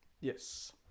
Yes